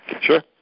Sure